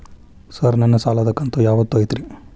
Sir ನನ್ನ ಸಾಲದ ಕಂತು ಯಾವತ್ತೂ ಐತ್ರಿ?